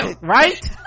Right